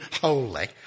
holy